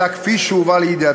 אלא גם כי זו, כפי שהובא לידיעתי,